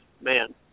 man